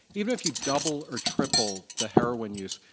even if you double or triple the heroin use,